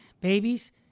babies